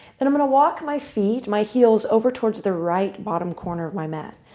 and i'm going to walk my feet, my heels, over towards the right bottom corner of my mat.